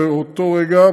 באותו רגע,